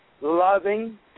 loving